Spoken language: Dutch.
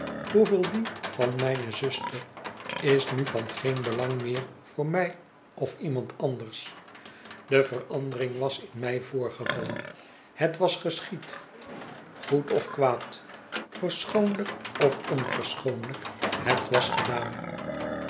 hoeveel die van mijne zuster is nu van geen belang meer voor mij of iemand anders de verandering was in mij voorgevallen het was geschied goed of kwaad verschoonlijk of onverschoonhjk het was gedaan